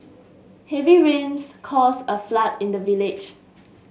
heavy rains caused a flood in the village